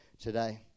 today